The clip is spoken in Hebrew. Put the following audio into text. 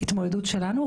התמודדות שלנו.